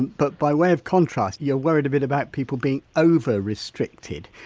but by way of contrast you're worried a bit about people being over-restricted.